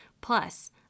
Plus